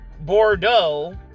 Bordeaux